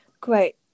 Great